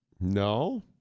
No